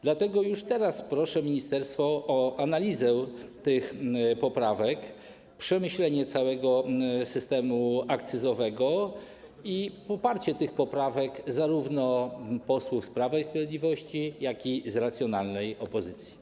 Dlatego już teraz proszę ministerstwo o analizę tych poprawek, przemyślenie całego systemu akcyzowego i poparcie tych poprawek zarówno posłów Prawa i Sprawiedliwości, jak i racjonalnej opozycji.